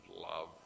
love